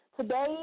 today